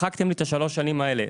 מחקתם לי את השלוש שנים האלה,